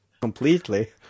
completely